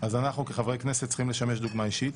אז אנחנו כחברי כנסת צריכים לשמש דוגמה אישית.